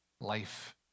life